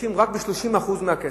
משתמשים רק ב-30% מהכסף,